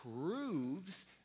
proves